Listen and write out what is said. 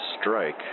strike